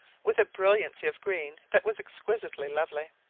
with a brilliancy of green that was exquisitely lovely.